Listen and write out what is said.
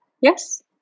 Yes